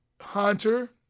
Hunter